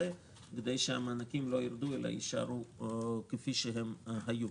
כדי שהמענקים לא ירדו אלא יישארו כפי שהיו.